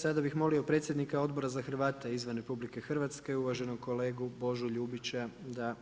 Sada bih molio predsjednika Odbora za Hrvate izvan RH uvaženog kolegu Božu Ljubića da